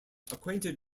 acquainted